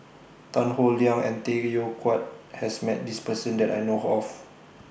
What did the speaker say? Tan Howe Liang and Tay Koh Yat has Met This Person that I know of